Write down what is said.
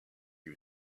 you